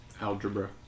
algebra